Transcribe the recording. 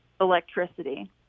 electricity